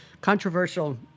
controversial